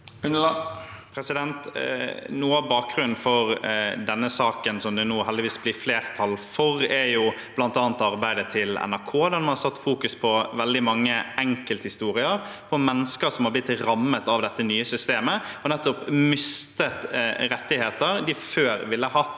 (SV) Noe av bakgrunnen for denne saken, som det nå heldigvis blir flertall for, er bl.a. arbeidet til NRK, der man har satt fokus på veldig mange enkelthistorier om mennesker som har blitt rammet av det nye systemet og nettopp mistet rettigheter de før ville hatt,